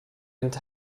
into